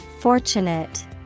Fortunate